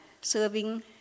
serving